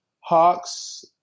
Hawks